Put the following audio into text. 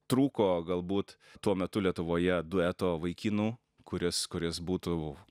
trūko galbūt tuo metu lietuvoje dueto vaikinų kuris kuris būtų